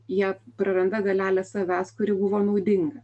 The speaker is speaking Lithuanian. jie praranda dalelę savęs kuri buvo naudinga